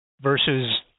versus